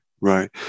Right